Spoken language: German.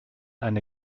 eine